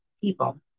people